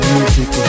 Music